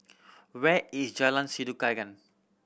where is Jalan Sikudangan